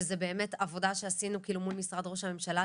שזאת באמת עבודה שעשינו מול משרד ראש הממשלה,